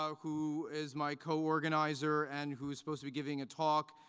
ah who is my co-organizer and who is supposed to be giving a talk,